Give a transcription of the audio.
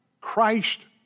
Christ